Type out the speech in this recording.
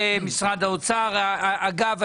כלומר,